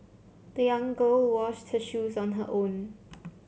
the young girl washed her shoes on her own